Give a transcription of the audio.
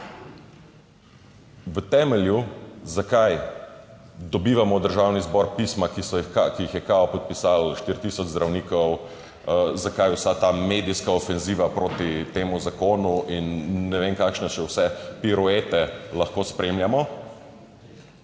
V temelju zakaj dobivamo v Državni zbor pisma, ki jih je kao podpisalo 4000 zdravnikov. Zakaj vsa ta medijska ofenziva proti temu zakonu in ne vem kakšne še vse piruete lahko spremljamo?